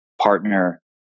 partner